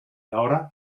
ahora